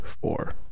four